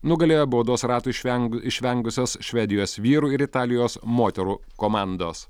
nugalėjo baudos ratų išveng išvengusias švedijos vyrų ir italijos moterų komandos